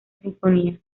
sinfonía